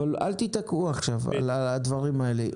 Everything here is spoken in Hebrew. אל תיתקעו עכשיו על הדברים האלה.